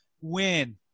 win